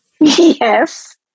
Yes